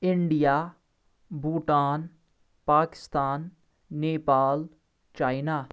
India Bhutan Pakistan Nepal China